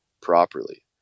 properly